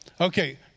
Okay